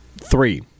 three